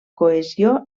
cohesió